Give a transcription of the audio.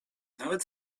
nawet